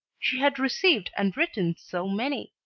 she had received and written so many!